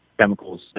chemicals